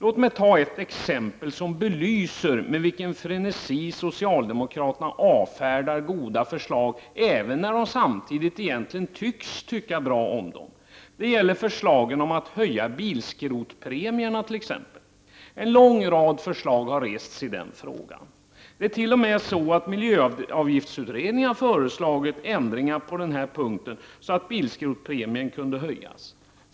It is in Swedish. Låt mig ta ett exempel som belyser med vilken frenesi som socialdemokraterna avfärdar goda förslag, även när de samtidigt verkar tycka bra om dem. Det gäller t.ex. förslagen om att höja bilskrotspremierna. En lång rad förslag har presenterats i den frågan. Det är t.o.m. så att miljöavgiftsutredningen har föreslagit ändringar på den här punkten så att bilskrotspremien kan höjas.